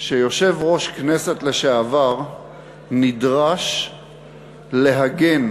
שיושב-ראש כנסת לשעבר נדרש להגן